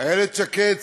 איילת שקד,